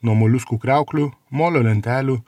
nuo moliuskų kriauklių molio lentelių